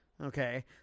Okay